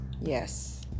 Yes